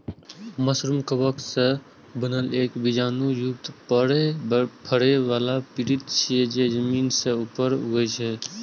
mushroom कवक सं बनल एक बीजाणु युक्त फरै बला पिंड छियै, जे जमीन सं ऊपर उगै छै